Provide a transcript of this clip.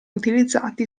utilizzati